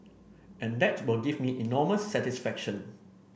and that will give me enormous satisfaction